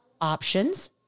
options